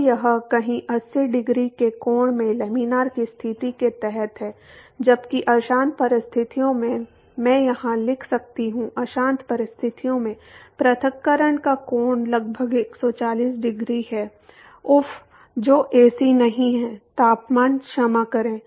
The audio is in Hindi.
तो यह कहीं 80 डिग्री के कोण में लैमिनार की स्थिति के तहत है जबकि अशांत परिस्थितियों में मैं यहां लिख सकता हूं अशांत परिस्थितियों में पृथक्करण का कोण लगभग 140 डिग्री है उफ़ जो एसी नहीं है तापमान क्षमा करें